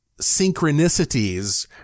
synchronicities